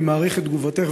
אני מעריך את תגובתך,